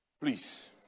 Please